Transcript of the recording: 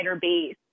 base